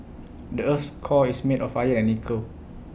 the Earth's core is made of iron and nickel